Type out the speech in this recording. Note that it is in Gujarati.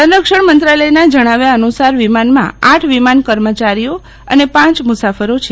સંરક્ષણ મંત્રાલયના જણાવ્યા અનુસાર વિમાનમાં આઠ વિમાન કર્મચારીઓ અને પાંચ મુસાફરો છે